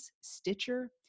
Stitcher